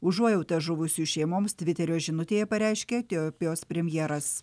užuojautą žuvusių šeimoms tviterio žinutėje pareiškė etiopijos premjeras